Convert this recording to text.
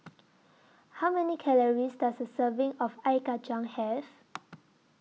How Many Calories Does A Serving of Ice Kachang Have